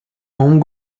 home